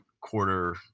quarter